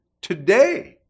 today